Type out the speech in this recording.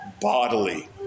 bodily